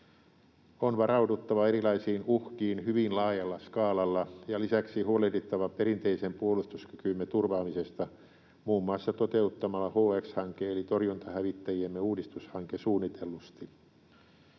On varauduttava erilaisiin uhkiin hyvin laajalla skaalalla ja lisäksi huolehdittava perinteisen puolustuskykymme turvaamisesta muun muassa toteuttamalla HX-hanke eli torjuntahävittäjiemme uudistushanke suunnitellusti.